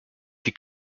die